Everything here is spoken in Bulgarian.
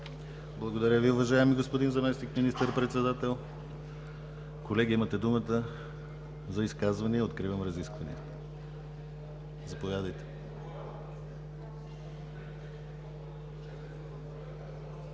Благодаря Ви, уважаеми господин Заместник министър-председател. Колеги, имате думата за изказвания. Откривам разискванията. Заповядайте.